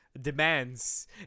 demands